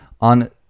on